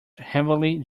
heavenly